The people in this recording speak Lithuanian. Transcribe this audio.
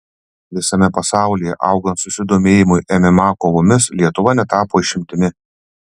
visame pasaulyje augant susidomėjimui mma kovomis lietuva netapo išimtimi